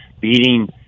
beating